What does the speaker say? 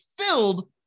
filled